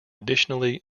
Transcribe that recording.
additionally